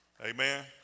Amen